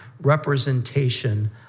representation